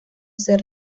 ser